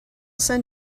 send